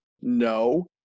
No